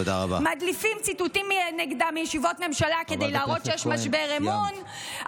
מדליפים ציטוטים נגדה מישיבות ממשלה כדי להראות שיש משבר אמון.